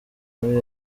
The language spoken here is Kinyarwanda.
muri